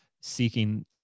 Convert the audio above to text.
seeking